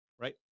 right